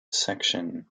section